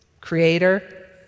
creator